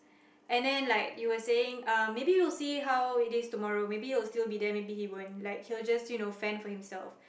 and then like you were saying um maybe you'll see how it is tomorrow maybe he'll still be there maybe he won't like you know maybe he'll just you know fend off himself